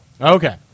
Okay